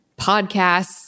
podcasts